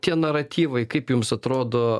tie naratyvai kaip jums atrodo